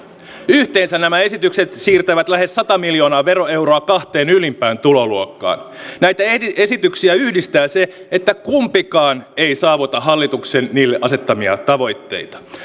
yhteensä nämä esitykset siirtävät lähes sata miljoonaa veroeuroa kahteen ylimpään tuloluokkaan näitä esityksiä yhdistää se että kumpikaan ei saavuta hallituksen niille asettamia tavoitteita